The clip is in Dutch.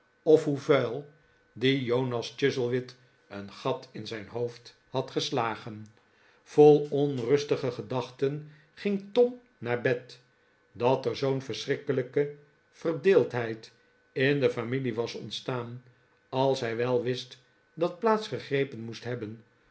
of hoe vuil die jonas chuzzlewit een gat in zijn hoofd had geslagen vol onrustige gedachten ging tom naar bed dat er zoo'n verschrikkelijke verdeeldheid in de familie was ontstaan als hij wel wist dat plaats gegrepen moest hebben